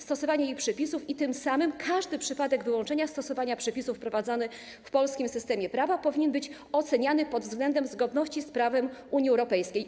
Stosowanie jej przepisów i tym samym każdy przypadek wyłączenia stosowania przepisów wprowadzany w polskim systemie prawa powinny być oceniane pod względem zgodności z prawem Unii Europejskiej.